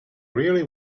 really